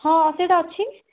ହଁ ସେଇଟା ଅଛି